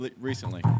recently